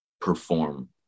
perform